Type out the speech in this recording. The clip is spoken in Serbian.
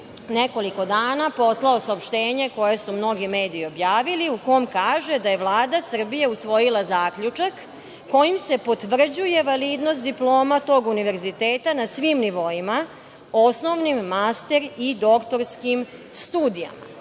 nekoliko dana poslao saopštenje koje su mnogi mediji objavili, u kom kaže da je Vlada Srbije usvojila zaključak kojim se potvrđuje validnost diploma tog univerziteta na svim nivoima, osnovnim, master i doktorskim studijama. Dakle,